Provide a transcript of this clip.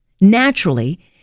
Naturally